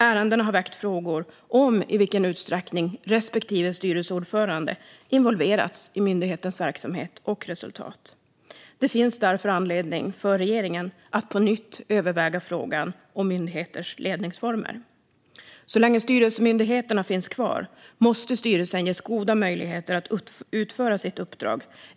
Ärendena har väckt frågor om i vilken utsträckning respektive styrelseordförande har involverats i myndighetens verksamhet och resultat. Det finns därför anledning för regeringen att på nytt överväga frågan om myndigheters ledningsformer. Så länge styrelsemyndigheterna finns kvar måste styrelsen ges goda möjligheter att utföra sitt uppdrag.